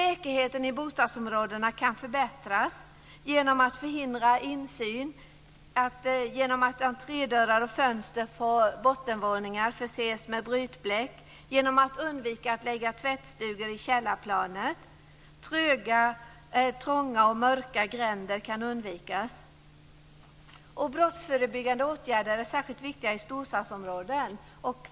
Säkerheten i bostadsområdena kan förbättras genom att man förhindrar insyn, genom att entrédörrar och fönster på bottenvåningar förses med brytbleck och genom att man undviker att lägga tvättstugor i källarplanet. Trånga och mörka gränder kan undvikas. Brottsförebyggande åtgärder är särskilt viktiga i storstadsområden.